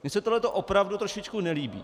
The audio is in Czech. Mně se tohleto opravdu trošičku nelíbí.